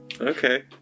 Okay